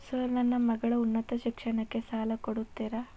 Sir ನನ್ನ ಮಗಳ ಉನ್ನತ ಶಿಕ್ಷಣಕ್ಕೆ ಸಾಲ ಕೊಡುತ್ತೇರಾ?